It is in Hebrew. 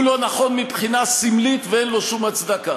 הוא לא נכון מבחינה סמלית, ואין לו שום הצדקה.